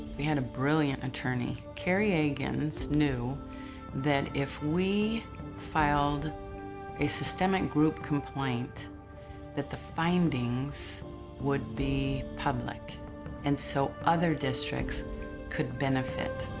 we had a brilliant attorney. kerry agins knew that if we filed a systemic group complaint that the findings would be public and so other districts could benefit.